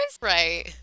Right